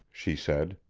she said.